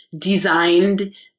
designed